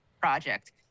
project